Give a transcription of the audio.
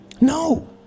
No